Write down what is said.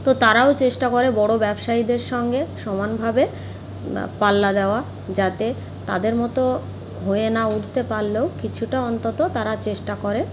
তো তারাও চেষ্টা করে বড়ো ব্যবসায়ীদের সঙ্গে সমানভাবে পাল্লা দেওয়া যাতে তাদের মতো হয়ে না উঠতে পারলেও কিছুটা অন্তত তারা চেষ্টা করে